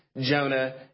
Jonah